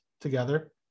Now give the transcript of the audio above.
together